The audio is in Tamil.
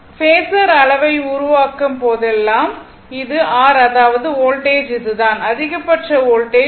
r பேஸர் அளவை உருவாக்கும் போதெல்லாம் இது r அதாவது வோல்டேஜ் இதுதான் அதிகபட்ச வோல்டேஜ்